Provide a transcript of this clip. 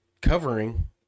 covering